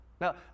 Now